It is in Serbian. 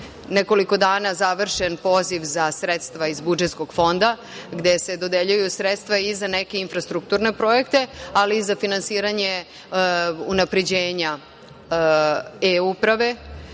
nekoliko dana završen poziv za sredstva iz budžetskog fonda gde se dodeljuju sredstva i za neke infrastrukturne projekte, ali i za finansiranje unapređenja „e-uprave“,